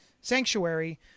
Sanctuary